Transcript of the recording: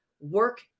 work